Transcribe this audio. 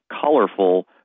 colorful